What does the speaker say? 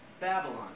Babylon